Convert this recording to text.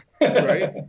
Right